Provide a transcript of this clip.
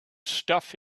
stuff